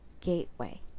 gateway